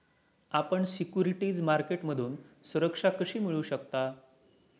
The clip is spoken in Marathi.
आपण सिक्युरिटीज मार्केटमधून सुरक्षा कशी मिळवू शकता?